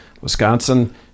Wisconsin